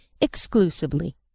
exclusively